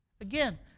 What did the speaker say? Again